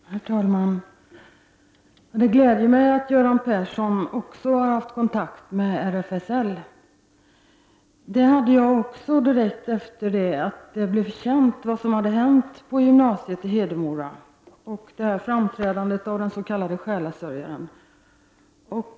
Herr talman! Det gläder mig att Göran Persson också har haft kontakt med RFSL. Det hade jag också direkt efter det att det blev känt vad som hade hänt på gymnasiet i Hedemora, framträdandet av den s.k. själasörjaren.